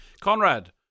Conrad